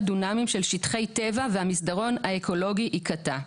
דונמים של שטחי טבע והמסדרון האקולוגי ייקטע.